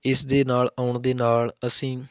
ਇਸ ਦੇ ਨਾਲ ਆਉਣ ਦੇ ਨਾਲ ਅਸੀਂ